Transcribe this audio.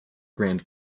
grand